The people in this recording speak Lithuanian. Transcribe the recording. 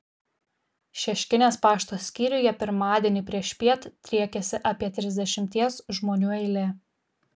šeškinės pašto skyriuje pirmadienį priešpiet driekėsi apie trisdešimties žmonių eilė